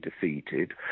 defeated